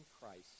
Christ